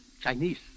Chinese